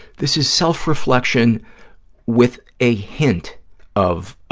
this is self-reflection with a hint of,